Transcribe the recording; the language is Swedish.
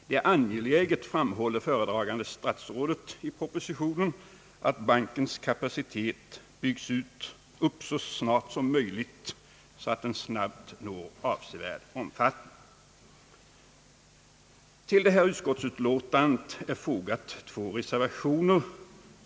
Det är angeläget, framhåller «föredragande statsrådet, att bankens kapacitet byggs upp så snart som möjligt, så att den snabbt når avsedd omfattning. Till detta utskottsutlåtande har fogats två reservationer.